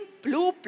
Blue